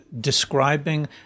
describing